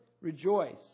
rejoice